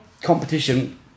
competition